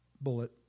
bullet